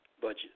budget